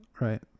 Right